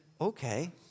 okay